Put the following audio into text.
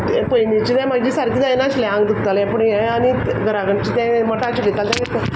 तें पयनींचे जाल म्हाजे सारकें जाय नाशिल्लें आंग दुखतालें पूण हें आनी त घरा कणचें तें मठा शिकयतालें तें